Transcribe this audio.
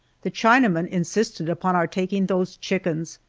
the chinaman insisted upon our taking those chickens!